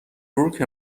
بروک